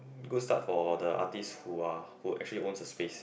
good start for the artist who are who actually owns the space